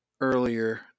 earlier